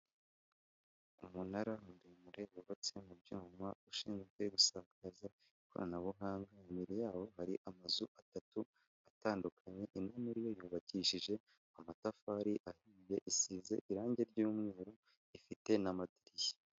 Umunara muremure wubatse mubyuma, ushinzwe gusakaza ikoranabuhanga, imbere yawo hari amazu atatu atandukanye, imwe muri yo yubakishije amatafari ahiye, isize irangi ry'umweru, ifite n'amadirishya.